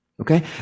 Okay